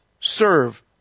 Serve